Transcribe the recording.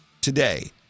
today